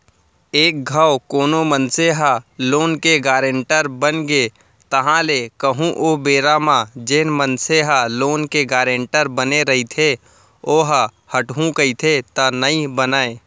एक घांव कोनो मनसे ह लोन के गारेंटर बनगे ताहले कहूँ ओ बेरा म जेन मनसे ह लोन के गारेंटर बने रहिथे ओहा हटहू कहिथे त नइ बनय